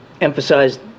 emphasized